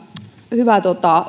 hyvä